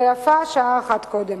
ויפה שעה אחת קודם.